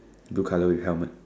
blue colour with helmet